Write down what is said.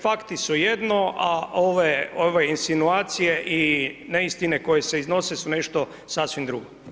Facti su jedno, a ove, ove insinuacije i neistine koje se iznose su nešto sasvim drugo.